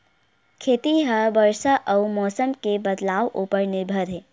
खेती हा बरसा अउ मौसम के बदलाव उपर निर्भर हे